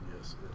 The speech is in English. Yes